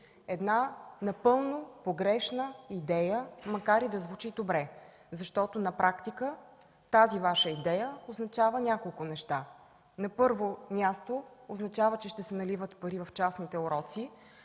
една напълно погрешна идея, макар и да звучи добре, защото на практика тази Ваша идея означава няколко неща. На първо място, означава, че ще се наливат пари в частните уроци,